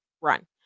run